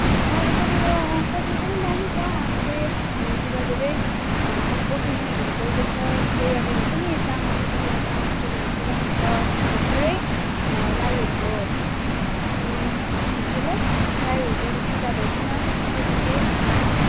अँ यतातिर कल्चर पनि दामी छ यस्तै हाम्रोतिर धेरै ओकेजनहरू भइबस्छ जस्तै अब हुन्छ नि तामाङ यतातिर तामाङ सेलोहरू पुरा हुन्छ अस्ति भर्खरै राईहरूको के भन्छ त्यसलाई राईहरूको एउटा पूजा भइकिन सकेको